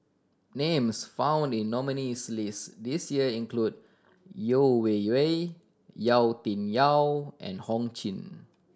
names found in the nominees' list this year include Yeo Wei Wei Yau Tian Yau and Ho Ching